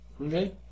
Okay